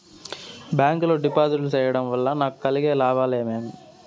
Bank లో డిపాజిట్లు సేయడం వల్ల నాకు కలిగే లాభాలు ఏమేమి?